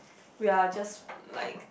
we're just like